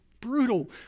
brutal